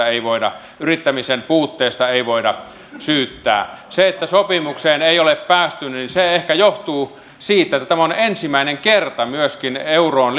ei tässä kyllä yrittämisen puutteesta voida syyttää se että sopimukseen ei ole päästy ehkä johtuu siitä että tämä on myöskin ensimmäinen kerta euroon